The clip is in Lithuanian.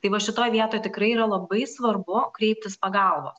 tai va šitoj vietoj tikrai yra labai svarbu kreiptis pagalbos